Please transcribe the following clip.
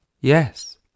Yes